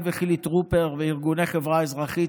אני וחילי טרופר וארגוני חברה אזרחית,